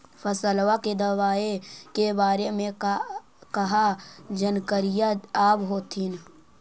फसलबा के दबायें के बारे मे कहा जानकारीया आब होतीन?